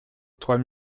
trois